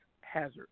hazard